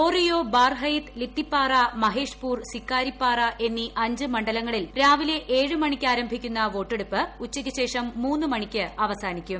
ബോറിയോ ബാർഹയിത് ലിത്തിപ്പാറ മഹേഷ്പൂർ സിക്കാരിപ്പാറ എന്നി അഞ്ച് മണ്ഡലങ്ങളിൽ രാവിലെ ഏഴ് മണിക്ക് ആരംഭിക്കുന്ന വോട്ടെടുപ്പ് മണിക്ക് ഉച്ചയ്ക്ക് ശേഷം മൂന്ന് അവസാനിക്കും